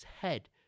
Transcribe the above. head